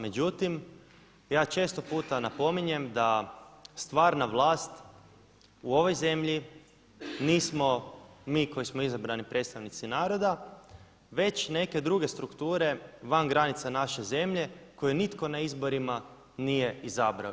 Međutim, ja često puta napominjem da stvarna vlast u ovoj zemlji nismo mi koji smo izabrani predstavnici naroda već neke druge strukture van granica naše zemlje koje nitko na izborima nije izabrao.